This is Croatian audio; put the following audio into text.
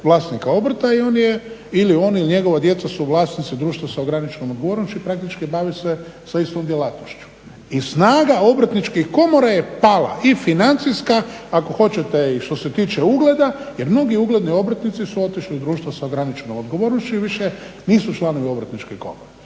vlasnika obrta i on je ili on ili njegova djeca su vlasnici društva sa ograničenom odgovornošću i praktički bavi se sa istom djelatnošću. I snaga obrtničkih komora je pala i financijska, ako hoćete i što se tiče ugleda jer mnogi ugledni obrtnici su otišli u društvo sa ograničenom odgovornošću i više nisu članovi Obrtničke komore.